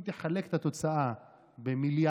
אם תחלק את התוצאה במיליארד,